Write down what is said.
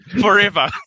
forever